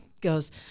goes